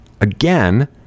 again